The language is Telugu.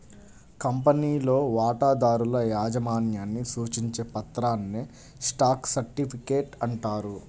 కంపెనీలో వాటాదారుల యాజమాన్యాన్ని సూచించే పత్రాన్నే స్టాక్ సర్టిఫికేట్ అంటారు